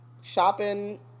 shopping